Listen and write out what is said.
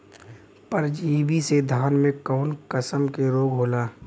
परजीवी से धान में कऊन कसम के रोग होला?